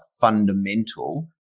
fundamental